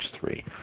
three